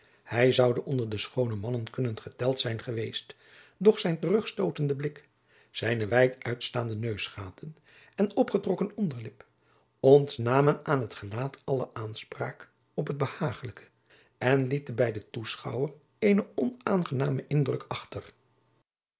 hij zoude onder de schoone mannen kunnen geteld zijn geweest doch zijn terugstootende blik zijne wijd uit staande neusgaten en opgetrokken onderlip ontnamen aan het gelaat alle aanspraak op het behagelijke en lieten bij den beschouwer eenen onaangenamen indruk achter